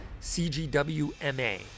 cgwma